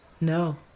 No